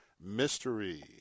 mystery